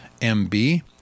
MB